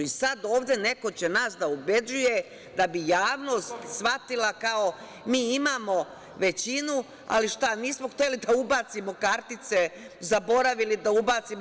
I sada ovde neko će nas da ubeđuje da bi javnost svatila, kao mi imamo većinu, ali šta nismo hteli da ubacimo kartice, zaboravili da ubacimo.